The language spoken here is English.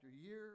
year